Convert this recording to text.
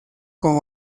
con